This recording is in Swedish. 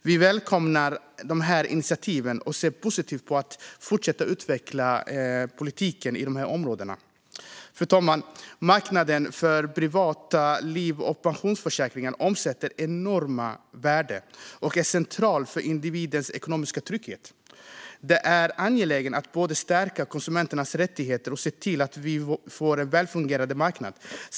Vi välkomnar de här initiativen och ser positivt på att fortsätta att utveckla politiken på de här områdena. Fru talman! Marknaden för privata liv och pensionsförsäkringar omsätter enorma värden och är central för individens ekonomiska trygghet. Det är angeläget att både stärka konsumenternas rättigheter och se till att vi får en välfungerande marknad.